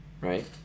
right